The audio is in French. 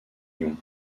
lyon